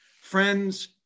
Friends